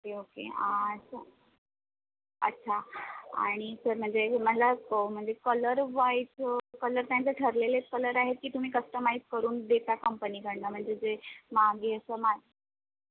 okay okay अछा अच्छा आणि सर म्हणजे हे मला म्हणजे कलर वाईज कलर त्यांचे ठरलेलेच कलर आहेत की तुम्ही कस्टमाइज करून देता कंपनीकडनं म्हणजे जे मागे असं माग